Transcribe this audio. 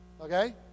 Okay